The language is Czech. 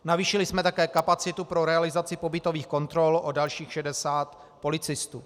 Navýšili jsme také kapacitu pro realizaci pobytových kontrol o dalších šedesát policistů.